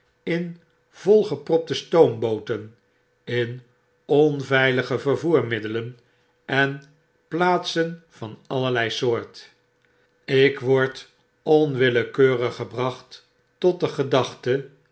in volgepropte stoombooten in onveilige vervoermiddelen en plaatseri van allerlei soort ik wordt onwillekeurig gebracht tot de gedachte